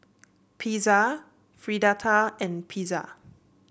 Pizza Fritada and Pizza